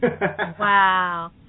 Wow